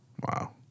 Wow